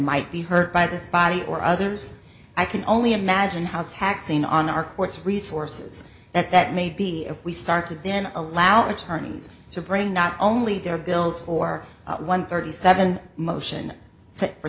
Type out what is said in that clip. might be heard by this body or others i can only imagine how taxing on our courts resources that that may be if we start to then allow attorneys to bring not only their bills for one thirty seven motion for